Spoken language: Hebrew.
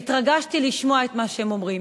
והתרגשתי לשמוע את מה שהם אומרים.